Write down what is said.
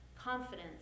Confidence